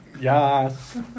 Yes